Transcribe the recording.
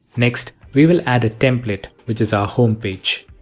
next we will add a template which is our home page.